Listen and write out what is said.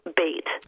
bait